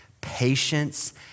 patience